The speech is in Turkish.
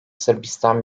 sırbistan